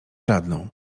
żadną